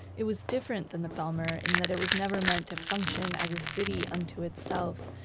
it was different than the bijlmer in that it was never meant to function as a city unto itself.